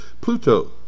Pluto